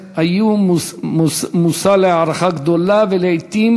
לפני כן אומר כמה דברים בשם כנסת ישראל,